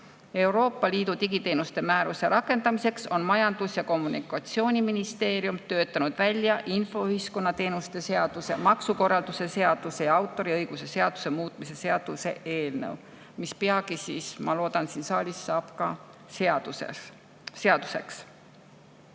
Euroopa Liidu digiteenuste määruse rakendamiseks on Majandus- ja Kommunikatsiooniministeerium töötanud välja infoühiskonna teenuse seaduse, maksukorralduse seaduse ja autoriõiguse seaduse muutmise seaduse eelnõu, mis peagi, ma loodan, siin saalis ka [vastu